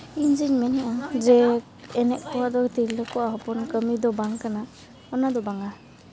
ᱤᱧ ᱡᱮᱧ ᱢᱮᱱᱮᱫᱼᱟ ᱡᱮ ᱮᱱᱮᱡ ᱠᱚᱣᱟᱜ ᱫᱚ ᱛᱤᱨᱞᱟᱹ ᱠᱚᱣᱟᱜ ᱦᱚᱯᱚᱱ ᱠᱟᱹᱢᱤ ᱫᱚ ᱵᱟᱝ ᱠᱟᱱᱟ ᱚᱱᱟ ᱫᱚ ᱵᱟᱝᱟ